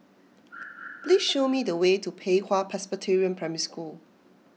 please show me the way to Pei Hwa Presbyterian Primary School